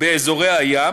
באזורי הים,